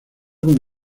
con